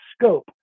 scope